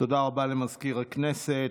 תודה רבה למזכיר הכנסת.